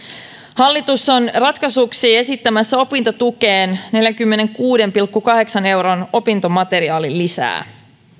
hallitus on ratkaisuksi esittämässä opintotukeen neljänkymmenenkuuden pilkku kahdeksan euron opintomateriaalilisää